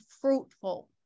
fruitful